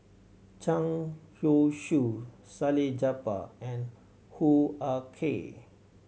Zhang Youshuo Salleh Japar and Hoo Ah Kay